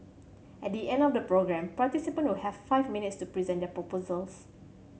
at the end of the programme participant will have five minutes to present their proposals